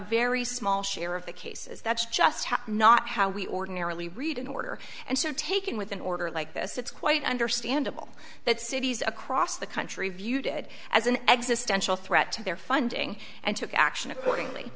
very small share of the cases that's just not how we ordinarily read an order and so taken with an order like this it's quite understandable that cities across the country viewed it as an existential threat to their funding and took action